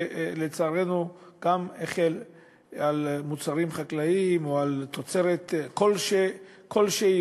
שלצערנו הוחל גם על מוצרים חקלאיים או על תוצרת כלשהי,